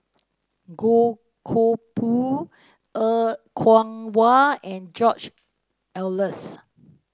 Goh Koh Pui Er Kwong Wah and George Oehlers